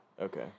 Okay